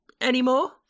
anymore